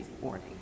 warning